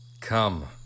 come